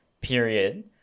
period